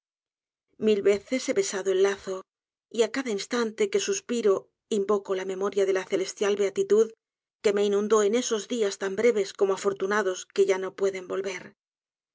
mil veces he besado el lazo y á cada instante que suspiro invoco la memoria de la celestial beatitud que me inundó en esos días tan breves como afortunados que ya no pueden volver